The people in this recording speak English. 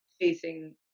facing